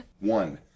One